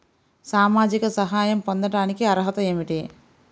సామాజిక సహాయం పొందటానికి అర్హత ఏమిటి?